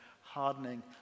hardening